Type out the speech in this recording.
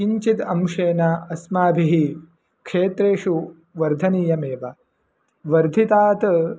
किञ्चित् अंशेन अस्माभिः क्षेत्रेषु वर्धनीयमेव वर्धितात्